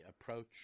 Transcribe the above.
approach